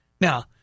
now